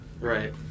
Right